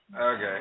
Okay